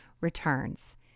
returns